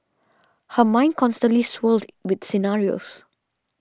her mind constantly swirled with scenarios